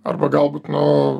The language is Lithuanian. arba galbūt nu